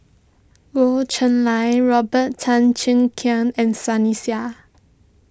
Goh Cheng Liang Robert Tan Cheng Keng and Sunny Sia